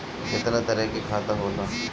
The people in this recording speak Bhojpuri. केतना तरह के खाता होला?